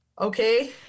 Okay